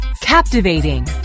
Captivating